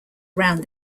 around